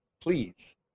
Please